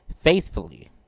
faithfully